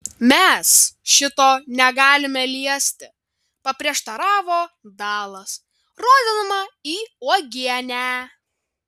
mes šito negalime liesti paprieštaravo dalas rodydama į uogienę